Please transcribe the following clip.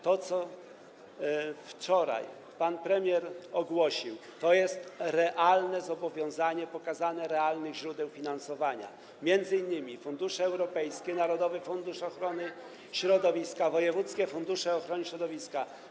To, co wczoraj ogłosił pan premier, to jest realne zobowiązanie, pokazanie realnych źródeł finansowania, chodzi m.in. o fundusze europejskie, narodowy fundusz ochrony środowiska, wojewódzkie fundusze ochrony środowiska.